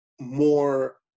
more